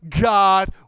God